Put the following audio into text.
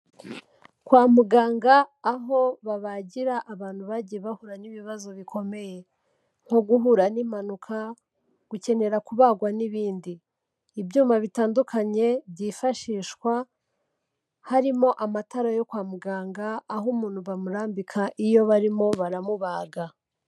Kwa muganga aho babagira abantu bagiye bahura n'ibibazo bikomeye, nko guhura n'impanuka, gukenera kubagwa n'ibindi. Ibyuma bitandukanye byifashishwa, harimo amatara yo kwa muganga, aho umuntu bamurambika iyo barimo baramubaga.